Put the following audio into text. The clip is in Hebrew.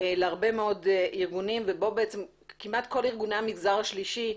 להרבה מאוד ארגונים וכמעט כל ארגוני המגזר השלישי,